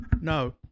no